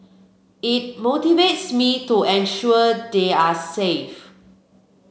it motivates me to ensure they are safe